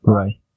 Right